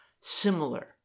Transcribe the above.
similar